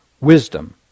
Wisdom